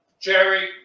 Jerry